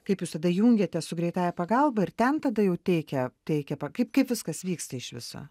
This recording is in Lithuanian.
kaip jūs tada jungiatės su greitąja pagalba ir ten tada jau teikia teikia pa kaip kaip viskas vyksta iš viso